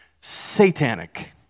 satanic